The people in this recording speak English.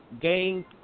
gang